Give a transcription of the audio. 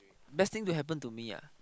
best thing to happen to me ah